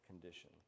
condition